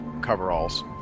coveralls